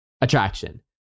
attraction